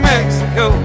Mexico